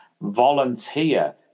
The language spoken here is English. Volunteer